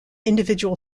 individual